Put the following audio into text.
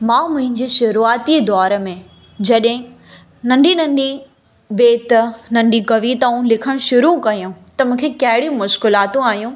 मां मुंहिंजे शुरूआतीअ दौर में जॾहिं नंढी नंढी बेत नंढी कविताऊं लिखणु शुरू कयूं त मूंखे कहिड़ियूं मुश्किलातूं आहियूं